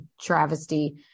travesty